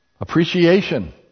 Appreciation